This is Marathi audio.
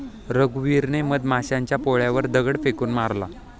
रघुवीरने मधमाशांच्या पोळ्यावर दगड फेकून मारला